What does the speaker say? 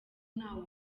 ntawe